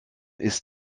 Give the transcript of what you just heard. ist